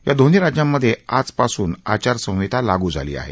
या दोन्ही राज्यांमधे आजपासून आचारसंहिता लागू झाली आहे